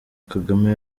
kagame